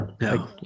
No